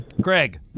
Greg